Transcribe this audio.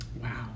Wow